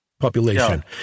population